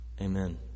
Amen